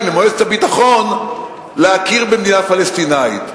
למועצת הביטחון להכיר במדינה פלסטינית.